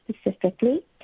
specifically